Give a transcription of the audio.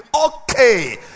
okay